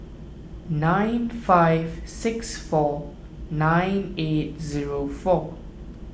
nine five six four nine eight zero four